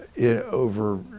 over